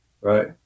Right